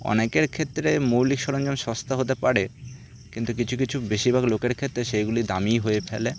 অনেকের ক্ষেত্রে মৌলিক সরঞ্জাম সস্তা হতে পারে কিন্তু কিছু কিছু বেশিরভাগ লোকের ক্ষেত্রে সেইগুলি দামিই হয়ে ফেলে